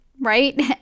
right